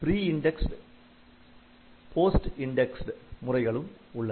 free indexed post indexed முறைகளும் உள்ளன